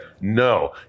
no